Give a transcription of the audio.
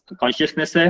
consciousness